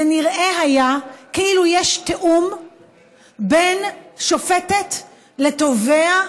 זה נראה היה כאילו יש תיאום בין שופטת לתובע,